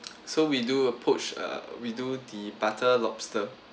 so we do a poach uh we do the butter lobster